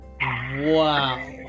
Wow